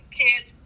kids